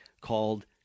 called